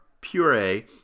puree